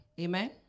Amen